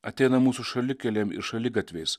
ateina mūsų šalikelėm ir šaligatviais